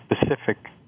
specific